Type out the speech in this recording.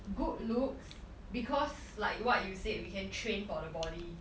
good looks because like what you said we can train for the body